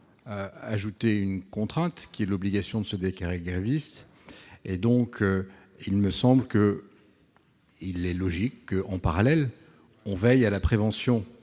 à ajouter une contrainte qui est l'obligation de se déclarer gréviste et donc il me semble qu'il est logique, en parallèle, on veille à la prévention des conflits